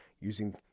using